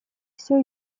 все